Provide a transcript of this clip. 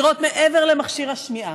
לראות מעבר למכשיר השמיעה,